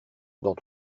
dans